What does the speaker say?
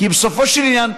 בסופו של עניין,